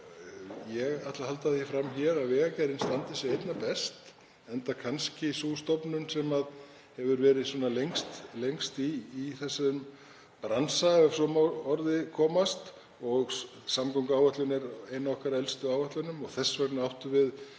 Ég ætla að halda því fram hér að Vegagerðin standi sig einna best enda kannski sú stofnun sem hefur verið lengst í þessum bransa, ef svo má að orði komast. Samgönguáætlun er ein af okkar elstu áætlunum og þess vegna áttum við